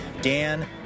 Dan